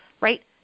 right